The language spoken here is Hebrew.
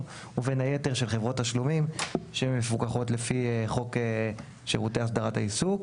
ובין היתר של חברות תשלומים שמפוקחות לפי חוק שירותי הסדרת העיסוק,